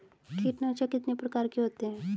कीटनाशक कितने प्रकार के होते हैं?